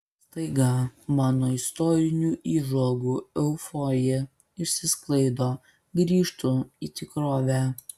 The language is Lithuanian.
staiga mano istorinių įžvalgų euforija išsisklaido grįžtu į tikrovę